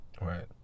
Right